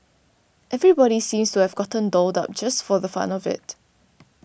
everybody seemed to have gotten dolled up just for the fun of it